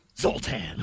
Zoltan